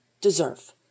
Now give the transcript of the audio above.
deserve